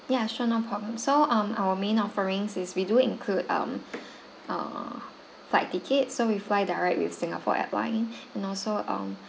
ya sure no problem so um our main offerings is we do include um err flight ticket so we fly direct with singapore airlines and also um